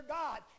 god